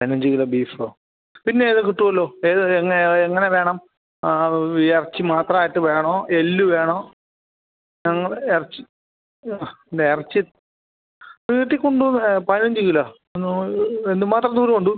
പതിനഞ്ച് കിലോ ബീഫോ പിന്നെ അത് കിട്ടുവല്ലോ ഏത് എങ്ങനെ എങ്ങനെ വേണം അത് ഇറച്ചി മാത്രമായിട്ട് വേണോ എല്ല് വേണോ ഞങ്ങള് ഇറച്ചി ആ ഇറച്ചി വീട്ടിൽ കൊണ്ടുവന്ന് പതിനഞ്ച് കിലോ ഒന്നാമത് എന്ത് മാത്രം ദൂരം ഉണ്ട്